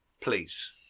please